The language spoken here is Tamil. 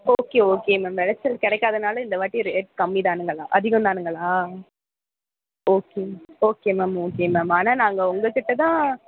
ஓகே ஓகே மேம் விளச்சல் கிடைக்காதனால இந்தவாட்டி ரேட் கம்மிதானுங்களா அதிகோந்தானுங்களா okay okay ma'am okay ma'am ஆனால் நாங்கள் உங்கக்கிட்ட தான்